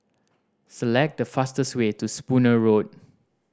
select the fastest way to Spooner Road